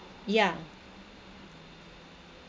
yeah